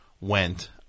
went